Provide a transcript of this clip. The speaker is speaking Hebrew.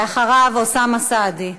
ואחריו, אוסאמה סעדי.